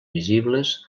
visibles